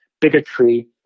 bigotry